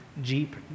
Jeep